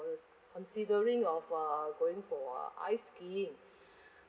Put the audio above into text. considering of uh going for uh ice skiing